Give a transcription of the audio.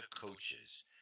coaches